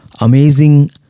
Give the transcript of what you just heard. amazing